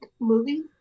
movie